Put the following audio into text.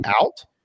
out